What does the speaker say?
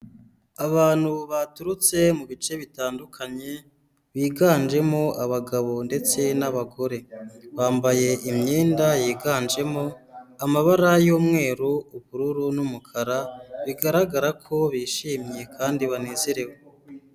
Abantu baturutse mu bice bitandukanye, biganjemo abagabo ndetse n'abagore. Bambaye imyenda yiganjemo amabara y'umweru, ubururu n'umukara, bigaragara ko bishimye kandi banezerewe.